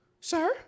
Sir